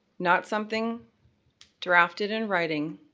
not something drafted in writing,